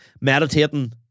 Meditating